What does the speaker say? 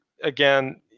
Again